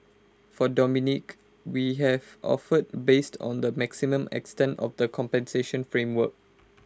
for Dominique we have offered based on the maximum extent of the compensation framework